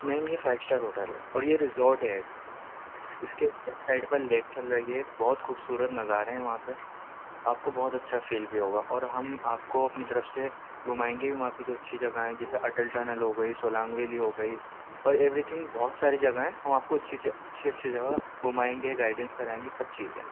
میم یہ five star hotel ہے اور یہ ریزورٹ ہے ایک اس کے ایک سائڈ پر لیک چل رہی ہے بہت خوبصورت نظارے ہیں وہاں پہ آپ کو بہت اچھا فیل بھی ہوگا اور ہم آپ کو اپنی طرف سے گھمائیں گے بھی وہاں پہ جو اچھی جگہیں ہیں جیسے اٹل ٹنل ہوگئی سولانگ ویلی ہوگئی اور ایوری تھنگ بہت ساری جگہیں ہیں ہم آپ کو اچھی اچھی اچھی اچھی جگہ گھمائیں گے گائڈینس کرائیں گے سب چیزیں